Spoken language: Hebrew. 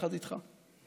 יחד איתך,